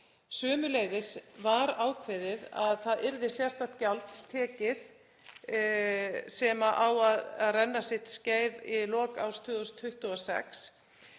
Sömuleiðis var ákveðið að það yrði sérstakt gjald tekið sem á að renna sitt skeið í lok árs 2026.